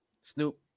Snoop